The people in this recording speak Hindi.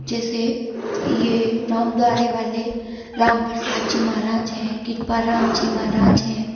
जैसे ये रामद्वारे वाले राम प्रसाद जी महाराज हैं कृपाराम जी महाराज हैं